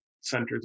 centers